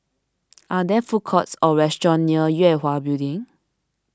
are there food courts or restaurants near Yue Hwa Building